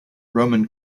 roman